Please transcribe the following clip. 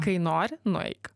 kai nori nueik